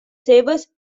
seves